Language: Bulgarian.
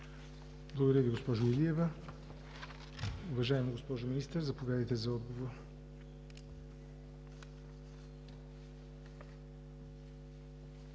Благодаря Ви, госпожо Илиева. Уважаема госпожо Министър, заповядайте за отговор.